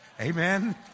Amen